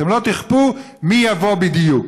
אתם לא תכפו מי יבוא בדיוק.